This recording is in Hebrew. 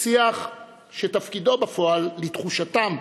שיח שתפקידו בפועל, לתחושתם,